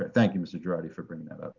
but thank you, mr. gerardi for bringing that up.